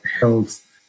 health